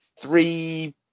Three